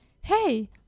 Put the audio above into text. Hey